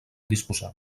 disposar